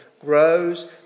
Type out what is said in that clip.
grows